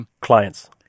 clients